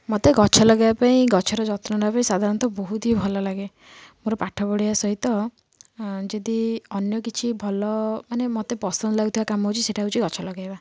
ମୋତେ ଗଛ ଲଗାଇବା ପାଇଁ ଗଛର ଯତ୍ନନେବା ପାଇଁ ସାଧାରଣତ ବହୁତ ହି ଭଲ ଲାଗେ ମୋର ପାଠ ପଢ଼ିବା ସହିତ ଯଦି ଅନ୍ୟ କିଛି ଭଲ ମାନେ ମୋତେ ପସନ୍ଦ ଲାଗୁଥିବା କାମ ହେଉଛି ସେଇଟା ହେଉଛି ଗଛ ଲଗାଇବା